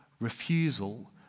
refusal